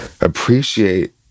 appreciate